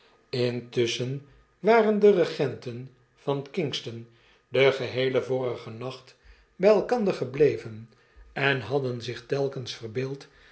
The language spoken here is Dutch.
intusschen waren de regenten van kingston den geheelen vorigen nacht by elkander gebleven en hadden zich telkens